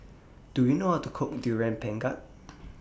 Do YOU know How to Cook Durian Pengat